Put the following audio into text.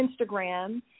Instagram